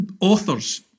authors